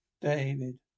david